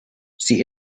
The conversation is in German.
sie